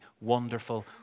wonderful